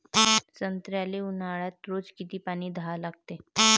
संत्र्याले ऊन्हाळ्यात रोज किती लीटर पानी द्या लागते?